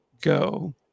go